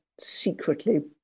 secretly